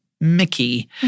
Mickey